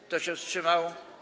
Kto się wstrzymał?